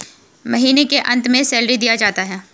महीना के अंत में सैलरी दिया जाता है